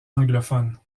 anglophones